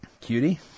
Cutie